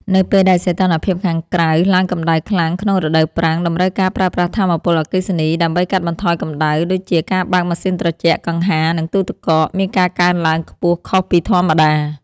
នៅពេលដែលសីតុណ្ហភាពខាងក្រៅឡើងកម្ដៅខ្លាំងក្នុងរដូវប្រាំង តម្រូវការប្រើប្រាស់ថាមពលអគ្គិសនីដើម្បីកាត់បន្ថយកម្ដៅ ដូចជាការបើកម៉ាស៊ីនត្រជាក់ កង្ហារ និងទូទឹកកក មានការកើនឡើងខ្ពស់ខុសពីធម្មតា។